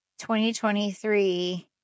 2023